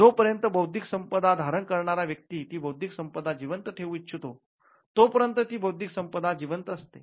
जोपर्यंत बौद्धिक संपदा धारण करणारा व्यक्ती ती बौद्धिक संपदा जिवंत ठेवू इच्छितोतो पर्यंत ती बौद्धिक संपदा जिवंत असते